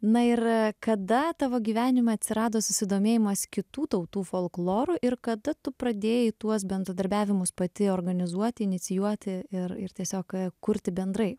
na ir kada tavo gyvenime atsirado susidomėjimas kitų tautų folkloru ir kada tu pradėjai tuos bendradarbiavimus pati organizuoti inicijuoti ir ir tiesiog kurti bendrai